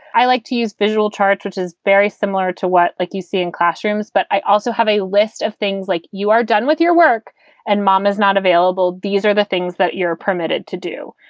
i like to use visual charts, which is very similar to what like you see in classrooms. but i also have a list of things like you are done with your work and mom is not available. these are the things that you're permitted to do.